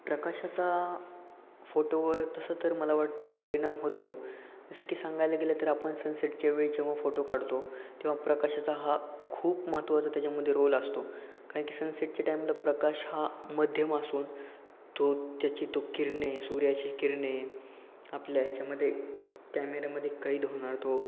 प्रकाशाचा फोटोवर तसं तर मला वाटतं की परिणाम होतो जसं की सांगायला गेलं तर आपण सनसेटच्या वेळी जेव्हा फोटो काढतो तेव्हा प्रकाशाचा हा खूप महत्त्वाचा त्याच्यामध्ये रोल असतो कारणकी सनसेटच्या टाईमला प्रकाश हा मध्यम असून तो त्याची तो किरणे सूर्याची किरणे आपल्या याच्यामध्ये कॅमेऱ्यामध्ये कैद होणार तो